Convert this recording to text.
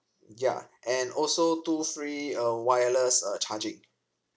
ya and also two free uh wireless uh charging